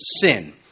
sin